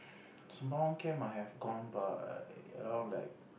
Sembawang camp I have gone but around like